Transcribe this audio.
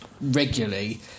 regularly